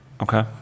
Okay